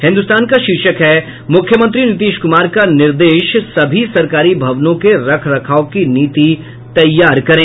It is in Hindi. हिन्दुस्तान का शीर्षक है मुख्यमंत्री नीतीश कुमार का निर्देश सभी सरकारी भवनों के रखरखाव की नीति तैयार करें